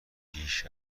بیش